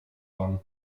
wan